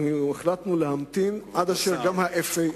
החלטנו להמתין עד שגם ה-FAA,